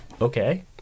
okay